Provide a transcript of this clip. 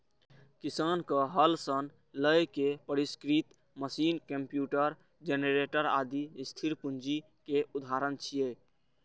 किसानक हल सं लए के परिष्कृत मशीन, कंप्यूटर, जेनरेटर, आदि स्थिर पूंजी के उदाहरण छियै